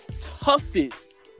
toughest